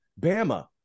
bama